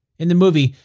in the movie,